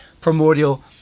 Primordial